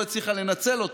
לא הצליחה לנצל אותם.